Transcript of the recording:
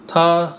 它